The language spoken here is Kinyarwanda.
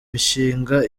imishinga